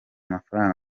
mafaranga